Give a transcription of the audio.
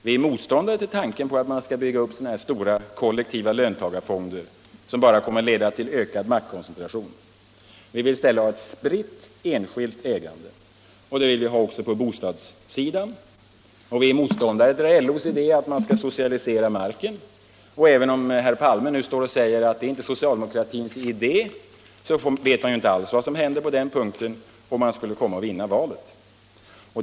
Vi är motståndare till tanken på att bygga upp stora kollektivt ägda löntagarfonder, som bara kommer att leda till ökad maktkoncentration. Vi vill ha ett spritt enskilt ägande också på bostadssidan, och vi är motståndare till LO:s idé om att socialisera marken. Även om herr Palme au står och säger att detta inte är socialdemokratins idé, vet man ju inte alls vad som skulle kunna hända på den punkten, om han skulle komma att vinna valet nästa år.